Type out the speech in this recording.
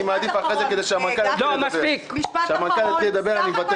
כמה בזנות -- בשביל